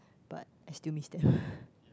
but I still miss them